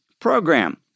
program